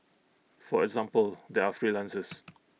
for example they are freelancers